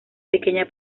pequeña